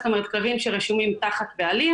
זאת אומרת כלבים שרשומים תחת בעלים